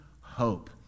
hope